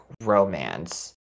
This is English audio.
romance